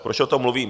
Proč o tom mluvím?